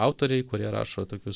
autoriai kurie rašo tokius